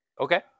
Okay